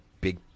big